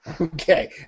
Okay